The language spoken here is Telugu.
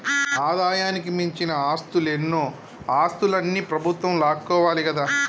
ఆదాయానికి మించిన ఆస్తులన్నో ఆస్తులన్ని ప్రభుత్వం లాక్కోవాలి కదా